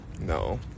No